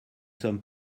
sommes